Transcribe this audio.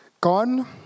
gone